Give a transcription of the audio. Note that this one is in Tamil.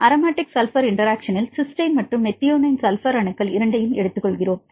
அரோமாட்டிக் சல்பர் இன்டெராக்ஷனில் சிஸ்டைன் மற்றும் மெத்தியோனைனின் சல்பர் அணுக்கள் இரண்டையும் எடுத்துக்கொள்கிறோம்